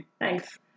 thanks